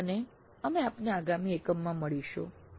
આભાર અને અમે આપને આગામી એકમમાં મળીશું